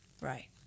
Right